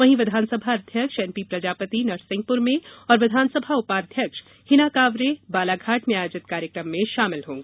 वहीं विधानसभा अध्यक्ष एनपी प्रजापति नरसिंहपुर में और विधानसभा उपाध्यक्ष हीना कांवरे बालाघाट में आयोजित कार्यक्रम में शामिल होंगी